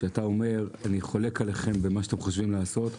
כשאתה אומר אני חולק עליכם במה שאתם חושבים לעשות,